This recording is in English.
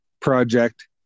project